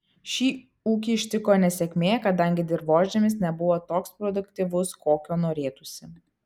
šį ūkį ištiko nesėkmė kadangi dirvožemis nebuvo toks produktyvus kokio norėtųsi